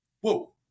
whoa